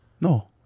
No